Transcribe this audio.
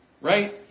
Right